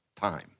time